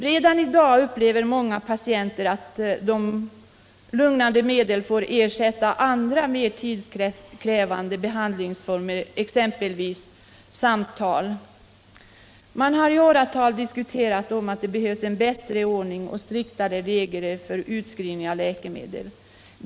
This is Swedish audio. Redan i dag upplever många patienter att lugnande medel får ersätta andra, mer tidskrävande behandlingsformer, exempelvis samtal. Man har i åratal diskuterat och sagt att det behövs en bättre ordning och striktare regler för utskrivning av läkemedel.